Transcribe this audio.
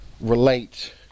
relate